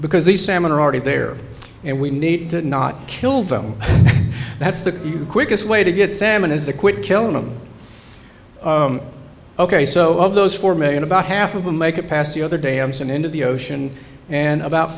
because the salmon are already there and we need to not kill them that's the quickest way to get salmon is a quick kill him ok so of those four million about half of them make it past the other dams and into the ocean and about